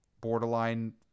borderline